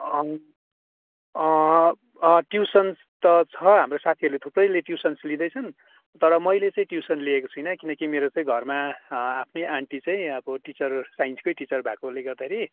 अङ् tuitions त छ हाम्रो साथीहरूले थुप्रैले ट्युसन्स लिँदैछन् तर मैले चाहिँ ट्युसन लिएको छुइनँ किनकि मेरो घरमा आफ्नै आन्टी चाहिँ अब टिचर साइन्सकै टिचर भएकोले गर्दाखेरि